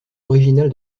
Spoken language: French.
original